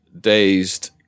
dazed